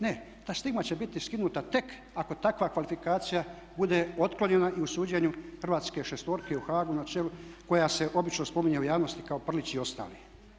Ne, ta stigma će biti skinuta tek ako takva kvalifikacija bude otklonjena i u suđenju hrvatske šestorke u Haagu na čelu koja se obično spominje u javnosti kao Prlić i ostali.